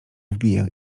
wbiję